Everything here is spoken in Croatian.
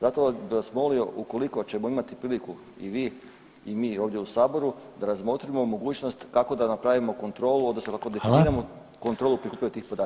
Zato bi vas molio ukoliko ćemo imati priliku i vi i mi ovdje u saboru da razmotrimo mogućnost kako da napravimo kontrolu odnosno [[Upadica: Hvala.]] kako definiramo kontrolu prikupljanja tih podataka.